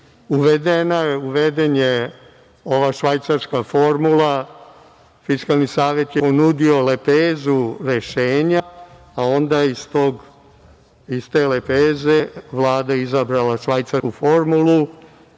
uvedena je ova švajcarska formula. Fiskalni savet je ponudio lepezu rešenja, a onda iz te lepeze Vlada je izabrala švajcarsku formulu,